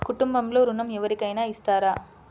కుటుంబంలో ఋణం ఎవరికైనా ఇస్తారా?